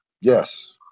Yes